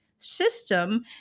system